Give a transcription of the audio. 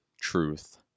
truth